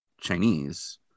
Chinese